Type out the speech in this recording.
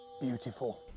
Beautiful